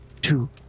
two